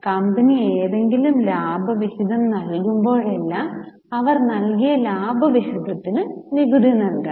company ഏതെങ്കിലും ലാഭവിഹിതം നൽകുമ്പോഴെല്ലാം അവർ നൽകിയ ലാഭവിഹിതത്തിന് നികുതി നൽകണം